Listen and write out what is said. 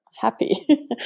happy